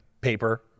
paper